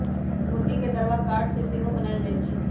मूर्गी के दरबा काठ से सेहो बनाएल जाए छै